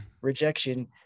rejection